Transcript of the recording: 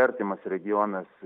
artimas regionas